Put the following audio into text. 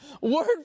word